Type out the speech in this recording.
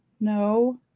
No